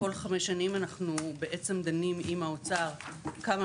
כל 5 שנים אנחנו בעצם דנים עם האוצר כמה